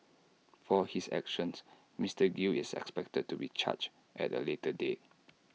for his actions Mister gill is expected to be charged at A later date